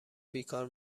بیکار